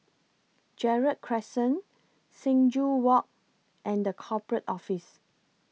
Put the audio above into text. Gerald Crescent Sing Joo Walk and The Corporate Office